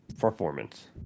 performance